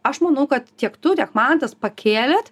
aš manau kad tiek tu tiek mantas pakėlėt